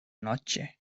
noche